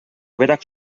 berak